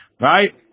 Right